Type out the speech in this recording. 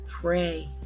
pray